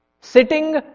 sitting